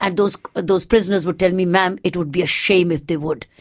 and those but those prisoners would tell me, ma'am, it would be a shame if they would.